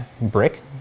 brick